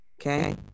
Okay